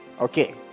Okay